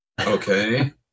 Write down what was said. okay